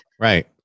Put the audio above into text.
Right